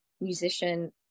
musician